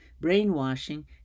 brainwashing